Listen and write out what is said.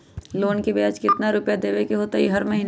Loan के ब्याज कितना रुपैया देबे के होतइ हर महिना?